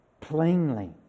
plainly